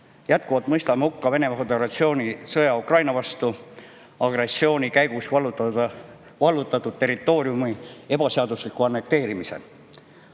jätkuvalt hukka Venemaa Föderatsiooni sõja Ukraina vastu ja agressiooni käigus vallutatud territooriumi ebaseadusliku annekteerimise.